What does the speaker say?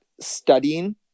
studying